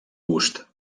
gust